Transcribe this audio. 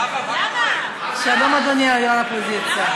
שלום, אדוני יו"ר האופוזיציה,